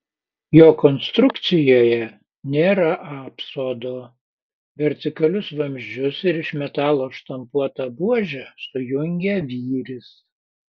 jo konstrukcijoje nėra apsodo vertikalius vamzdžius ir iš metalo štampuotą buožę sujungia vyris